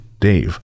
Dave